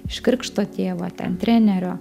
iš krikšto tėvo ten trenerio